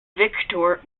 victor